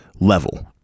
level